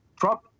Trump